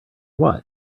what